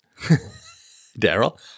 Daryl